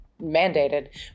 mandated